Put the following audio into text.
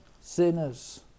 sinners